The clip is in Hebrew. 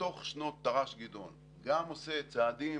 שבתוך שנות תר"ש גדעון, גם עושה צעדים